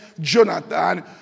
Jonathan